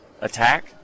attack